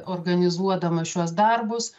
organizuodamas šiuos darbus